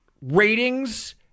Ratings